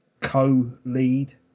co-lead